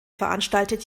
veranstaltet